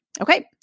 Okay